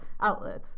outlets